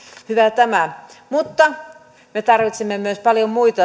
hyvä tämä mutta me tarvitsemme myös paljon muita